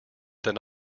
than